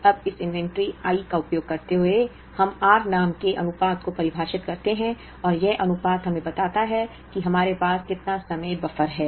अब इस inventory I का उपयोग करते हुए हम r नाम के अनुपात को परिभाषित करते हैं और यह अनुपात हमें बताता है कि हमारे पास कितना समय बफर है